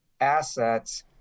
assets